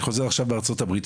אני חוזר עכשיו מארצות הברית,